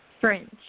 French